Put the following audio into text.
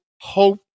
hope